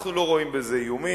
אנחנו לא רואים בזה איומים.